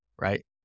right